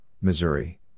Missouri